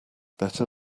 better